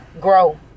grow